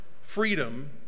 freedom